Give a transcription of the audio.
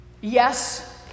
Yes